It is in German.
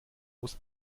muss